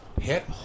hit